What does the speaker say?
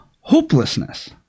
hopelessness